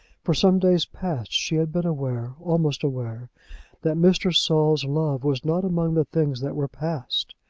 for some days past she had been aware almost aware that mr. saul's love was not among the things that were past.